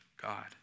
God